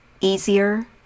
easier